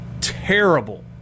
terrible